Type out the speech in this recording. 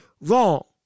wrong